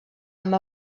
amb